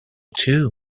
too